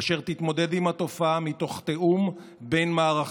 אשר תתמודד עם התופעה מתוך תיאום בין-מערכתי.